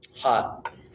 Hot